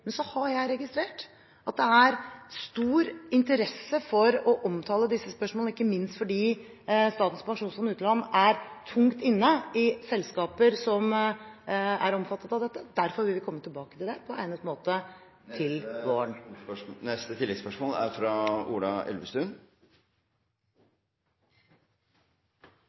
Men så har jeg registrert at det er stor interesse for å omtale disse spørsmålene, ikke minst fordi Statens pensjonsfond utland er tungt inne i selskaper som er omfattet av dette. Derfor vil vi komme tilbake til dette på egnet måte til våren. Ola Elvestuen – til oppfølgingsspørsmål. Først: Jeg er